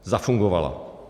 Zafungovala!